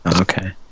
okay